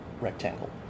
rectangle